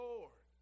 Lord